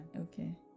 okay